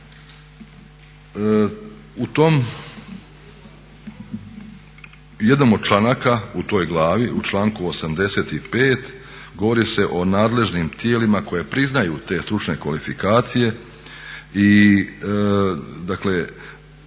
U jednom od članaka u toj glavi, u članku 85. govori se o nadležnim tijelima koje priznaju te stručne kvalifikacije i dakle